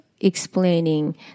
explaining